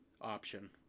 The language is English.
option